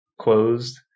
closed